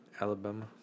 Alabama